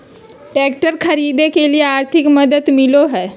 Tractor खरीदे के लिए आर्थिक मदद मिलो है?